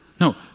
No